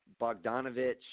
Bogdanovich